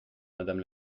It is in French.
madame